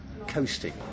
coasting